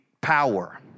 power